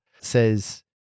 says